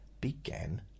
began